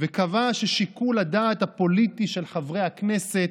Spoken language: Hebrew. וקבע ששיקול הדעת הפוליטי של חברי הכנסת,